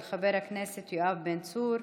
של חבר הכנסת יואב בן צור.